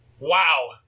wow